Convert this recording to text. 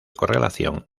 correlación